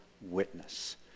witness